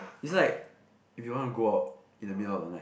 is like if you want to go out in the middle of the night